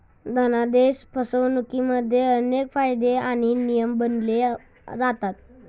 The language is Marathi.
धनादेश फसवणुकिमध्ये अनेक कायदे आणि नियम बनवले जातात